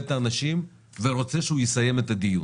את האנשים ורוצה שהוא יסיים את הדיון.